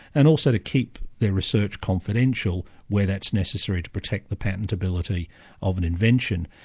and also to keep their research confidential where that's necessary to protect the patentability of an invention.